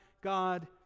God